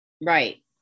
right